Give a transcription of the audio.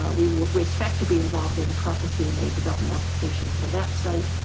ah we we expect to be involved in processing a development application for that site.